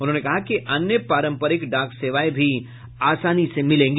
उन्होंने कहा कि अन्य पारंपरिक डाक सेवाएं भी आसानी से मिलेगी